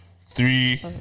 three